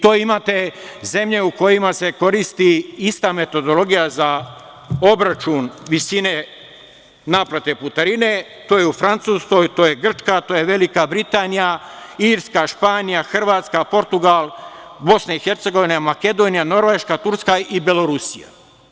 To imate zemlje u kojima se koristi ista metodologija za obračun visine naplate putarine, to je u Francuskoj, Grčkoj, Velikoj Britaniji, Irskoj, Španiji, Hrvatskoj, Portugalu, BiH, Makedoniji, Norveškoj, Turskoj i Belorusiji.